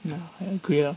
clear